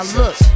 look